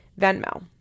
Venmo